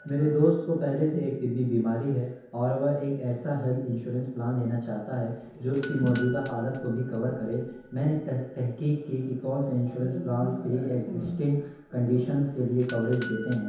میرے دوست کو پہلے سے ایک طبی بیماری ہے اور وہ ایک ایسا ہیلتھ انشورنس پلان لینا چاہتا ہے جو اس کی موجودہ حالت کو بھی کور کرے میں نے تہ تحقیق کی کہ کون سے insurance plans pre existing conditions کے لیے کوریج دیتے ہیں